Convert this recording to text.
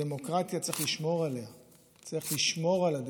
הדמוקרטיה, צריך לשמור עליה.